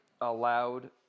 allowed